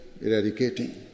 eradicating